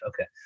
Okay